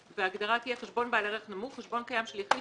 ההגדרה תהיה: חשבון בעל ערך נמוך חשבון קיים של יחיד